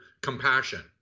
compassion